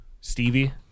Stevie